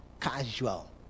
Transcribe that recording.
casual